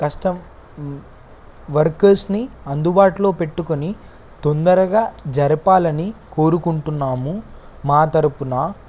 కస్టం వర్కర్స్ని అందుబాటులో పెట్టుకొని తొందరగా జరపాలి అని కోరుకుంటున్నాము మా తరపున